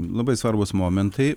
labai svarbūs momentai